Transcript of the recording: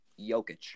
Jokic